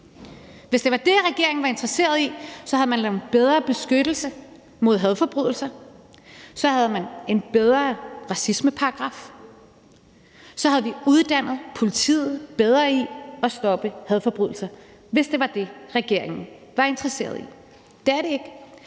Hvis det var det, regeringen var interesseret i, så havde man lavet en bedre beskyttelse mod hadforbrydelser; så havde man en bedre racismeparagraf; så havde vi uddannet politiet bedre i at stoppe hadforbrydelser. Det er ikke det, regeringen er interesseret i. Så det her